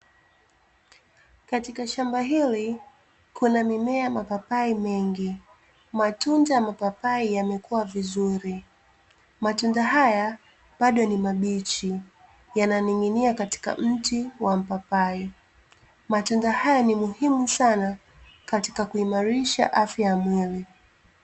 Katika shamba hili kuna mimea mapapai mengi, matunda mapapai yamekuwa vizuri matunda haya bado ni mabichi yananing'inia katika mti wa mpapai, matunda haya ni muhimu sana katika kuimarisha afya ya mwili.